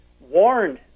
warned